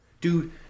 dude